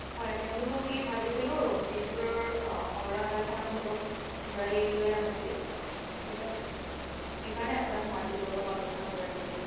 হয় তেওঁলোকক এই ভাবিছিলোঁ তেজপুৰৰ সংগ্ৰহালয়খনত অলপ ঘূৰাই লৈ আহোঁ বুলি সেইকা সেইকাৰণে আপোনাক মাতিলোঁ অলপ আলোচনা কৰিবলৈ